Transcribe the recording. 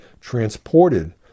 transported